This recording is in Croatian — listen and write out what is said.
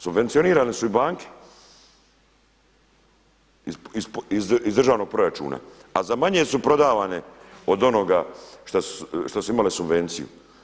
Subvencionirale su i banke iz državnog proračuna, a za manje su prodavane od onoga što su imale subvenciju.